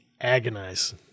agonize